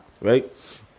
right